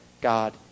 God